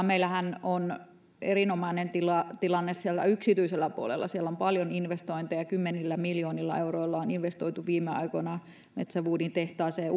meillähän on siellä erinomainen tilanne yksityisellä puolella siellä on paljon investointeja kymmenillä miljoonilla eurolla on on investoitu viime aikoina metsä woodin tehtaaseen